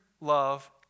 love